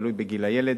תלוי בגיל הילד,